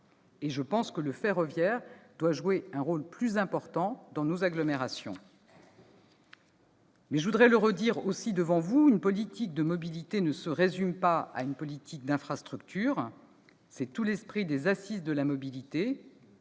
Je pense que le ferroviaire doit jouer un rôle plus important dans nos agglomérations. Je tiens à le redire devant vous, une politique de mobilité ne se résume pas à une politique d'infrastructure. C'est tout l'esprit des Assises de la mobilité.